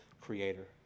creator